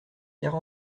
quatre